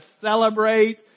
celebrate